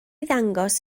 ddangos